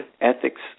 ethics